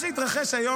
סמוך עליי שיש לי.